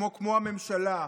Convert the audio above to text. כמו הממשלה.